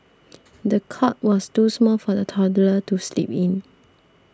the cot was too small for the toddler to sleep in